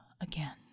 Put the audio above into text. again